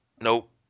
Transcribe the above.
Nope